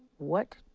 what